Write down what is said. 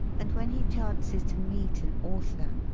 and when he chances to meet an author,